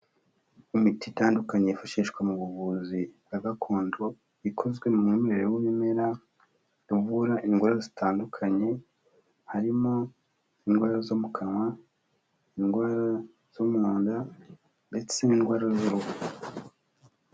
Imiti itandukanye yifashishwa mu buvuzi bwa gakondo, ikozwe mu mwimerere w'ibimera, ivura indwara zitandukanye, harimo indwara zo mu kanwa, indwara zo mu nda, ndetse n'indwara z'uruhu.